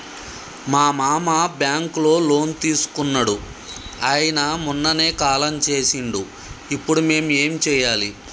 మా మామ బ్యాంక్ లో లోన్ తీసుకున్నడు అయిన మొన్ననే కాలం చేసిండు ఇప్పుడు మేం ఏం చేయాలి?